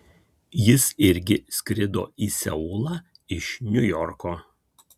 jis irgi skrido į seulą iš niujorko